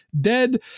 dead